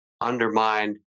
undermined